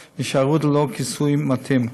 של ביטול הביטוח והישארות ללא כיסוי מתאים.